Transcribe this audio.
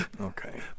Okay